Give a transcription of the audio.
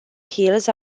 hills